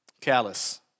callous